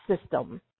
system